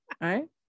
right